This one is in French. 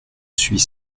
suis